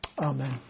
Amen